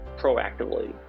proactively